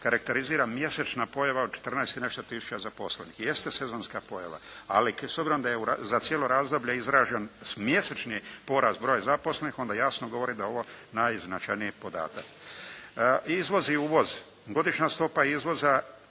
karakterizira mjesečna pojava od 14 i nešto tisuća zaposlenih. Jeste sezonska pojava, ali s obzirom da je za cijelo razdoblje izražen mjesečni porast broja zaposlenih onda jasno govori da je ovo najznačajniji podatak. Izvoz i uvoz. Godišnja stopa izvoza